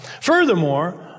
Furthermore